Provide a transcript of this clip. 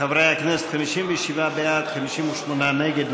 חברי הכנסת, 57 בעד, 58 נגד.